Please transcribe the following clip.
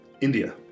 India